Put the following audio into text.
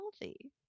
healthy